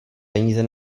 peníze